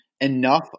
enough